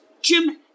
Jim